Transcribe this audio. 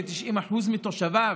ש-90% מהתושבים